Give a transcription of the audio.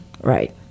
right